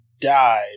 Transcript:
died